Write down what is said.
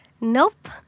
Nope